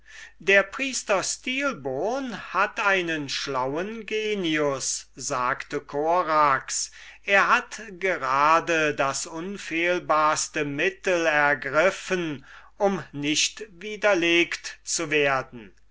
der priester stilbon hat einen schlauen genius sagte korax er hat gerade das unfehlbarste mittel ergriffen um nicht widerlegt zu werden